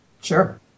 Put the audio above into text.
Sure